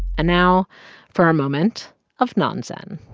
and now for our moment of non-zen.